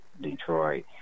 Detroit